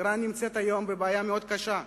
אירן נמצאת היום בבעיה מאוד קשה,